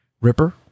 Ripper